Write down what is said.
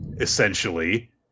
essentially